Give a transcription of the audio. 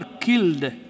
killed